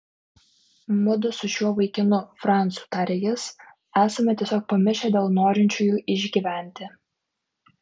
mudu su šiuo vaikinu francu tarė jis esame tiesiog pamišę dėl norinčiųjų išgyventi